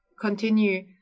continue